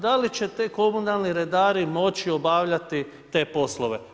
Da li će ti komunalni redari moći obavljati te poslove?